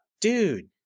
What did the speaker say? dude